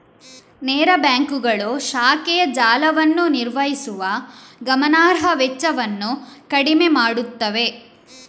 ನೇರ ಬ್ಯಾಂಕುಗಳು ಶಾಖೆಯ ಜಾಲವನ್ನು ನಿರ್ವಹಿಸುವ ಗಮನಾರ್ಹ ವೆಚ್ಚವನ್ನು ಕಡಿಮೆ ಮಾಡುತ್ತವೆ